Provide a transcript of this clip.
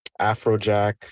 Afrojack